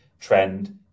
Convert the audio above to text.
trend